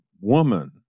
woman